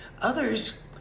Others